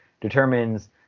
determines